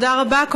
תודה רבה.